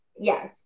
yes